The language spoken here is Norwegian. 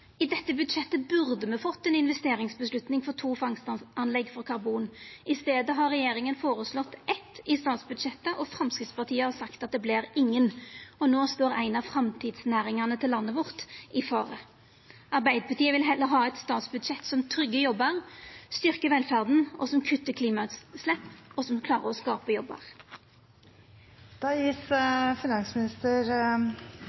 I dette budsjettet burde me fått ei investeringsavgjerd for to fangstanlegg for karbon. I staden har regjeringa føreslått eitt i statsbudsjettet, og Framstegspartiet har sagt at det vert ingen. No står ei av framtidsnæringane til landet vårt i fare. Arbeidarpartiet vil heller ha eit statsbudsjett som tryggjer jobbar, styrkjer velferda, som kuttar klimautslepp, og som klarer å skapa jobbar.